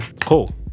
cool